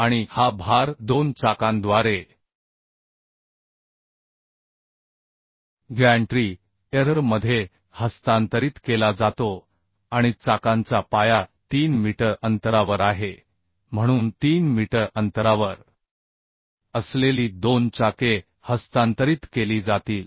आणि हा भार दोन चाकांद्वारे गॅन्ट्री एरर मध्ये हस्तांतरित केला जातो आणि चाकांचा पाया 3 मीटर अंतरावर आहे म्हणून 3 मीटर अंतरावर असलेली दोन चाके हस्तांतरित केली जातील